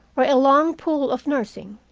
or a long pull of nursing.